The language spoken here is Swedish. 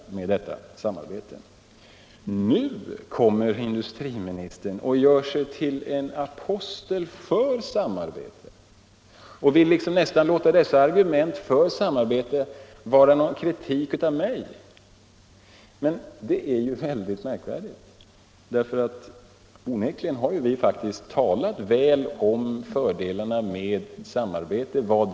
Nu gör sig industriministern till en apostel för samarbete och vill använda argumenten för ett samarbete till kritik av mig. Det är väldigt märkvärdigt, för vi har onekligen talat mycket väl om ett samarbete och framhållit fördelarna med det.